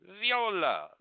Viola